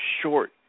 short